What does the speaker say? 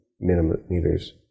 millimeters